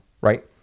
right